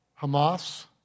Hamas